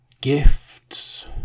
gifts